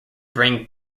bring